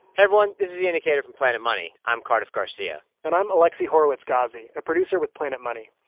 everyone. this is the indicator from planet money. i'm cardiff garcia and i'm alexi horowitz-ghazi, a producer with planet money.